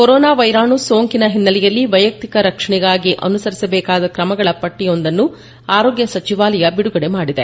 corona ವೈರಾಣು ಸೋಂಕಿನ ಹಿನ್ನೆಲೆಯಲ್ಲಿ ವೈಯಕ್ತಿಕ ರಕ್ಷಣೆಗಾಗಿ ಅನುಸರಿಸಬೇಕಾದ ಕ್ರಮಗಳ ಪಟ್ಟಿಯೊಂದನ್ನು ಆರೋಗ್ಯ ಸಚಿವಾಲಯ ಬಿಡುಗಡೆ ಮಾಡಿದೆ